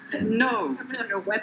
no